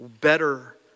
Better